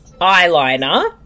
eyeliner